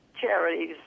charities